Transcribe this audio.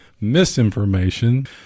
misinformation